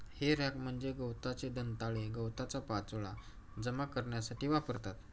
हे रॅक म्हणजे गवताचे दंताळे गवताचा पाचोळा जमा करण्यासाठी वापरतात